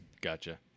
Gotcha